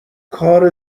کار